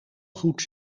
goed